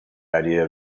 idea